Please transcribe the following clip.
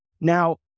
Now